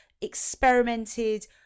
experimented